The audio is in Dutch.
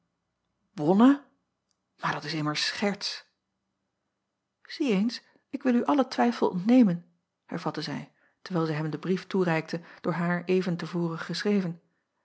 onne maar dat is immers scherts ie eens ik wil u allen twijfel ontnemen hervatte zij terwijl zij hem den brief toereikte door haar even te voren geschreven